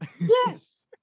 Yes